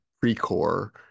pre-core